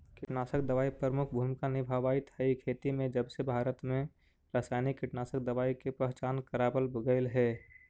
कीटनाशक दवाई प्रमुख भूमिका निभावाईत हई खेती में जबसे भारत में रसायनिक कीटनाशक दवाई के पहचान करावल गयल हे